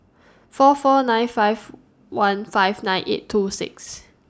four four nine five one five nine eight two six